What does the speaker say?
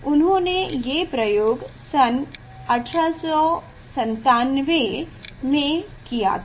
उन्होने ये प्रयोग सन 1897 में किया था